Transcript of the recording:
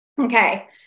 Okay